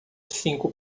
cinco